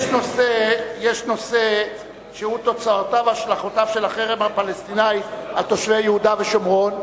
יש הנושא: תוצאותיו והשלכותיו של החרם הפלסטיני על תושבי יהודה ושומרון.